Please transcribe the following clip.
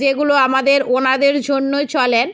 যেগুলো আমাদের ওনাদের জন্য চলে